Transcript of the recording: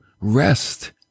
rest